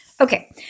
Okay